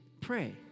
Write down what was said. pray